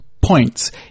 points